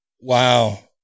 Wow